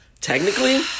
Technically